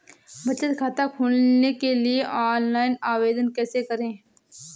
बचत खाता खोलने के लिए ऑनलाइन आवेदन कैसे करें?